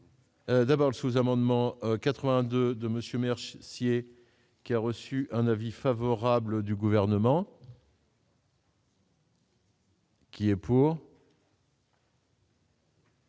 D'abord le sous-amendements 82 de Monsieur merci si et qui a reçu un avis favorable du gouvernement. Qui est pour.